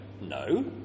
no